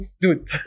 dude